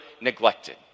neglected